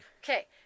Okay